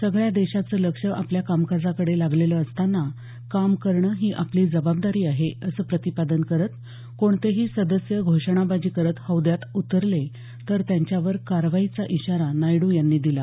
सगळ्या देशाचं लक्ष आपल्या कामकाजाकडे लागलेलं असताना काम करणं ही आपली जबाबदारी आहे असं प्रतिपादन करत कोणतेही सदस्य घोषणाबाजी करत हौद्यात उतरले तर त्यांच्यावर कारवाईचा इशारा नायडू यांनी दिला